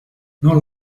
non